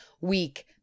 week